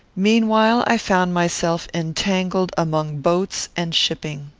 meanwhile i found myself entangled among boats and shipping.